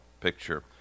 picture